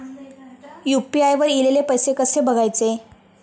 UPI वर ईलेले पैसे कसे बघायचे?